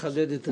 לחדד את השאלה.